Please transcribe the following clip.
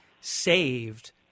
saved